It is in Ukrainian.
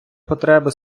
потреби